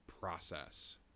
process